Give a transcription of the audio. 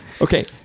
Okay